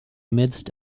midst